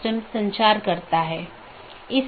IGP IBGP AS के भीतर कहीं भी स्थित हो सकते है